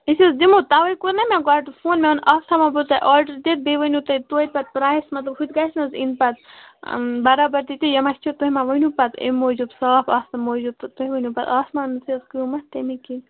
أسۍ حظ دِمو تَوَے کوٚر نَہ مےٚ گۄڈٕ فون مےٚ ووٚن اَز تھاوٕ ہا بہٕ تۄہہِ آڈَر دِتھ بیٚیہِ ؤنِو تُہۍ تویتہِ پَتہٕ پرٛایِز مطلب ہُتہِ گژھِ نہٕ حظ یِنۍ پَتہٕ برابر تہِ تی یہِ مَہ چھُ تُہۍ مَہ ؤنِو پَتہٕ اَمۍ موٗجوٗب صاف آسنہٕ موٗجوٗب تہٕ تُہۍ ؤنِو پَتہٕ قۭمَتھ تَمی کِنۍ